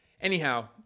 anyhow